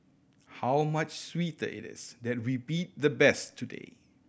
how much sweeter it is that we beat the best today